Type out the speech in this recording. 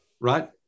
Right